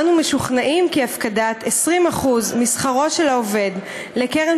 אנו משוכנעים כי הפקדת 20% משכרו של העובד לקרן